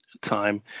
time